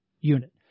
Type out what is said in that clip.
unit